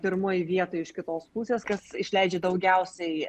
pirmoj vietoj iš kitos pusės kas išleidžia daugiausiai